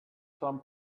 some